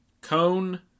Cone